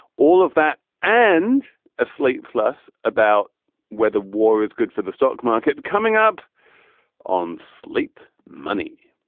all of that and a slate plus about whether war is good for the stock market. coming up on slate money.